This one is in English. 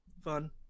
Fun